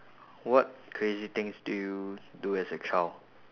what crazy things did you do as a child